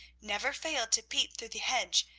never failed to peep through the hedge,